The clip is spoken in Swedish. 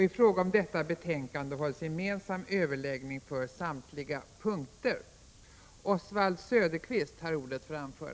I fråga om detta betänkande hålls gemensam överläggning för samtliga punkter.